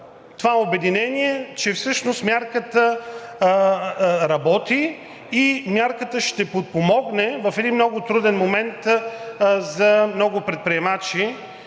това обединение, че всъщност мярката работи и мярката ще подпомогне в един много труден момент много предприемачи